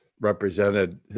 represented